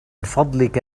فضلك